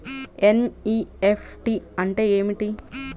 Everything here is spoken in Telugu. ఎన్.ఈ.ఎఫ్.టీ అంటే ఏమిటీ?